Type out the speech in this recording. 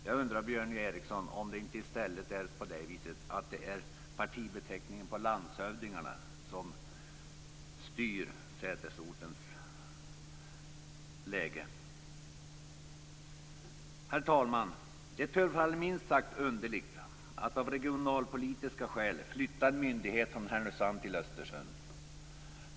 Jag undrar, Björn Ericson, om det inte i stället är landshövdingarnas partibeteckning som styr sätesortens läge. Herr talman! Det förefaller minst sagt underligt att av regionalpolitiska skäl flytta en myndighet från Härnösand till Östersund.